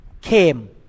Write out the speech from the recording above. came